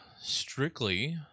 strictly